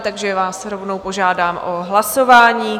Takže vás rovnou požádám o hlasování.